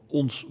ons